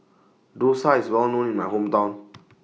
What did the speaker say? Dosa IS Well known in My Hometown